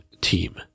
team